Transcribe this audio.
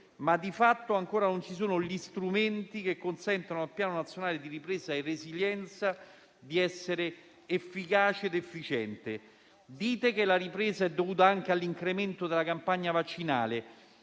ma di fatto ancora non ci sono gli strumenti che consentono al Piano nazionale di ripresa e resilienza di essere efficace ed efficiente. Dite che la ripresa è dovuta anche all'incremento della campagna vaccinale,